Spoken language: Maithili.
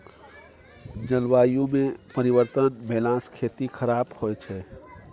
जलवायुमे परिवर्तन भेलासँ खेती खराप होए छै